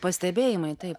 pastebėjimai taip